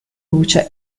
luce